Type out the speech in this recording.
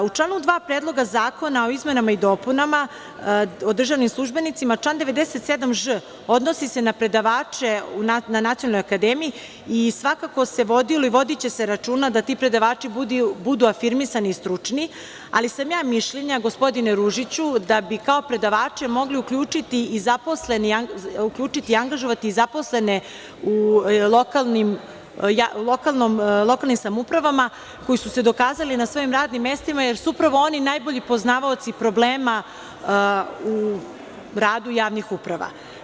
U članu 2. Predloga zakona o izmenama i dopunama Zakona o državnim službenicima, član 97ž odnosi se na predavače na Nacionalnoj akademiji i svako se vodilo, i vodi će se računa da ti predavači budu afirmisani i stručni, ali sam ja mišljenja, gospodine Ružiću, da bi kao predavače mogli i uključiti i zaposlene u lokalnim samoupravama koji su se dokazali na svojim radnim mestima jer su upravo oni najbolji poznavaoci problema u radu javnih uprava.